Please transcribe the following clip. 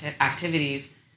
activities